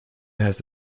has